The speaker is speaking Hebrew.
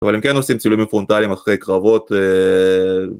אבל הם כן עושים צילומים פרונטליים אחרי קרבות